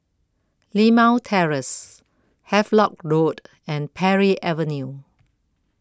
Limau Terrace Havelock Road and Parry Avenue